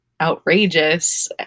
outrageous